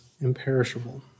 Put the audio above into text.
imperishable